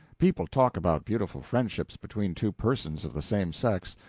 people talk about beautiful friendships between two persons of the same sex.